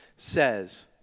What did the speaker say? says